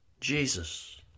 Jesus